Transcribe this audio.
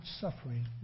suffering